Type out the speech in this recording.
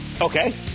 Okay